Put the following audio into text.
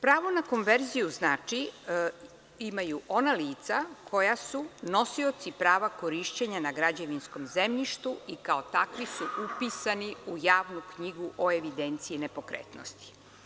Pravo na konverziju imaju ona lica koja su nosioci prava korišćenja na građevinskom zemljištu i kao takvi su upisani u javnu knjigu o evidenciji nepokretnosti.